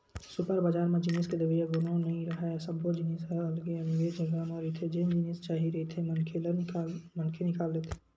super बजार म जिनिस के देवइया कोनो नइ राहय, सब्बो जिनिस ह अलगे अलगे जघा म रहिथे जेन जिनिस चाही रहिथे मनखे निकाल लेथे